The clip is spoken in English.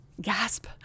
gasp